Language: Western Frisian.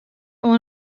oan